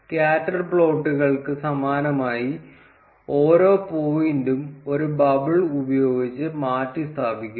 scatter പ്ലോട്ടുകൾക്ക് സമാനമായി ഓരോ പോയിന്റും ഒരു ബബിൾ ഉപയോഗിച്ച് മാറ്റിസ്ഥാപിക്കുന്നു